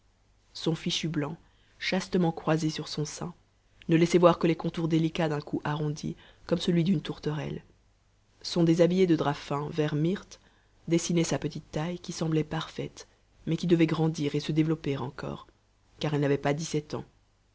son fichu blanc chastement croisé sur son sein ne laissait voir que les contours délicats d'un cou arrondi comme celui d'une tourterelle son déshabillé de drap fin vert myrte dessinait sa petite taille qui semblait parfaite mais qui devait grandir et se développer encore car elle n'avait pas dix-sept ans